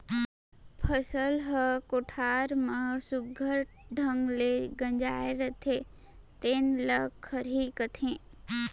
फसल ह कोठार म सुग्घर ढंग ले गंजाय रथे तेने ल खरही कथें